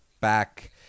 back